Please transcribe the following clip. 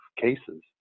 cases